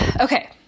Okay